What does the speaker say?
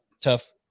tough